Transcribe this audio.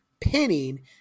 pinning